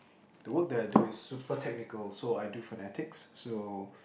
the work that I do is super technical so I do frenetic so